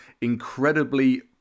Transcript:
incredibly